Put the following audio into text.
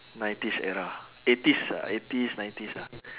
nineties era eighties uh eighties nineties ah